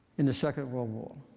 in the second world war.